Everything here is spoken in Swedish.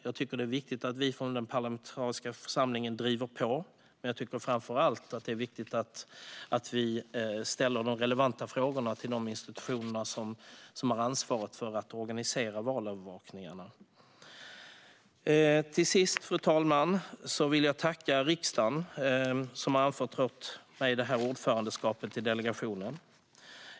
Jag tycker att det är viktigt att vi från den parlamentariska församlingen driver på, men jag tycker framför allt att det är viktigt att vi ställer de relevanta frågorna till de institutioner som har ansvaret för att organisera valövervakningarna. Till sist, fru talman, vill jag tacka riksdagen, som har anförtrott mig ordförandeskapet i delegationen.